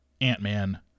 Ant-Man